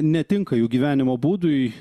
netinka jų gyvenimo būdui